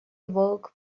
awoke